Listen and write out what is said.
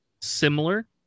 similar